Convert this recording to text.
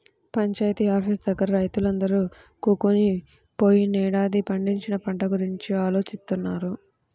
panchayat office దగ్గర రైతులందరూ కూకొని పోయినేడాది పండించిన పంట గురించి ఆలోచిత్తన్నారు